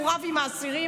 הוא רב עם האסירים.